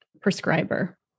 prescriber